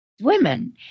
women